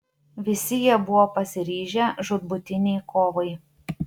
visi jie buvo pasiryžę žūtbūtinei kovai